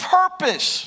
purpose